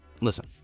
Listen